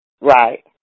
Right